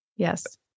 Yes